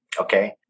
Okay